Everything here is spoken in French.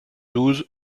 douze